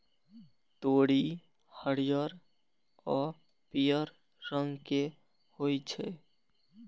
तोरी हरियर आ पीयर रंग के होइ छै